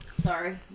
Sorry